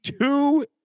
two